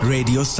Radio